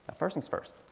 first things first.